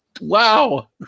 wow